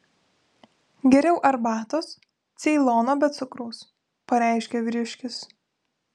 geriau arbatos ceilono be cukraus pareiškė vyriškis